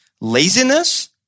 Laziness